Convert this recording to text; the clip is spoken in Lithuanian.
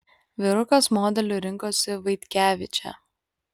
vyrukas modeliu rinkosi vaitkevičę